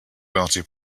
bounty